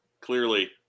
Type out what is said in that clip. clearly